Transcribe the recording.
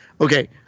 Okay